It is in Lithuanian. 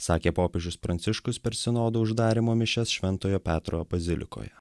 sakė popiežius pranciškus per sinodo uždarymo mišias šventojo petro bazilikoje